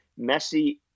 Messi